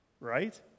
right